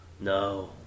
No